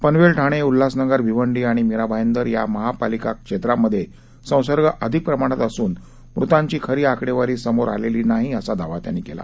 पनवेल ठाणे उल्हासनगर भिवंडी आणि मीरा भायंदर या महानगरपालिका क्षेत्रांमधे संसर्ग अधिक प्रमाणात असून मृतांची खरी आकडेवारी समोर आलेली नाही असा दावा त्यांनी केला